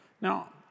Now